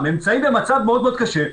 נמצאים במצב מאוד מאוד קשה,